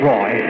Roy